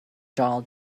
donald